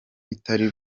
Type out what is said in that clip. bitari